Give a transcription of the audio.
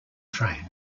train